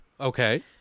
Okay